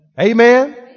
Amen